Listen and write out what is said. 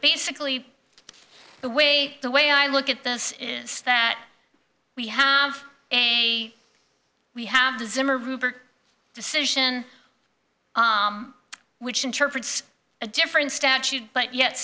basically the way the way i look at this is that we have a we have the zimmer ruber decision which interprets a different statute but yet